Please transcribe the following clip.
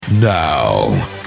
Now